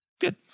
good